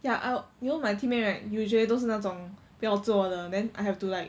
ya I you know my teammate right usually those 是那种不要做的 then I have to like